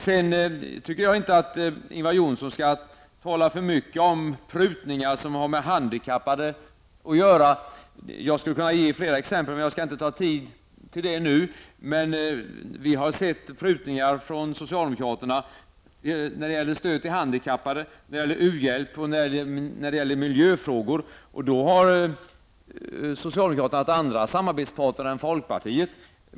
Sedan tycker jag inte att Ingvar Johnsson skall tala för mycket om prutningar som har med handikappade att göra. Jag skulle kunna anföra flera exempel, men jag skall inte ta upp tiden med det nu. Jag vill bara säga att vi har sett prutningar från socialdemokraterna när det gäller stöd till handikappade, när det gäller u-hjälp och när det gäller miljöfrågor, och då har socialdemokraterna haft andra samarbetspartners än folkpartiet.